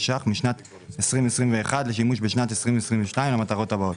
שקלים משנת 2021 לשימוש בשנת 2022 למטרות הבאות: